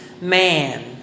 man